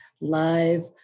live